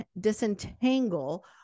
disentangle